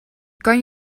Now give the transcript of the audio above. kan